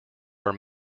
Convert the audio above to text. are